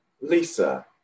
Lisa